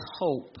hope